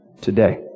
today